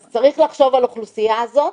אז צריך לחשוב על האוכלוסייה הזאת.